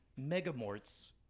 megamorts